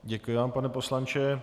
Děkuji vám, pane poslanče.